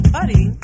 Buddy